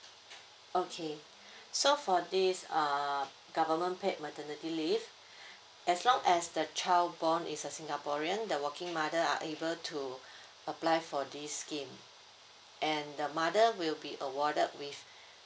okay so for this err government paid maternity leave as long as the child born is a singaporean the working mother are able to apply for this scheme and the mother will be awarded with